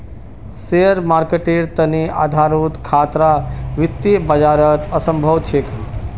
share मार्केटेर तने आधारोत खतरा वित्तीय बाजारत असम्भव छेक